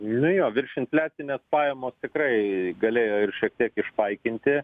nu jo virš infliacinės pajamos tikrai galėjo ir šiek tiek išpaikinti